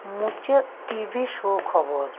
ᱢᱩᱪᱟᱹᱫ ᱴᱤᱵᱷᱤ ᱥᱳ ᱠᱷᱚᱵᱚᱨ